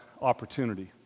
opportunity